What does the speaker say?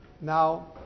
Now